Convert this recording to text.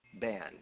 band